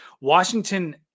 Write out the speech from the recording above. Washington